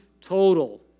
total